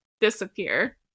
disappear